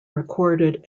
recorded